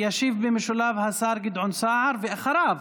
ישיב במשולב השר גדעון סער, ואחריו,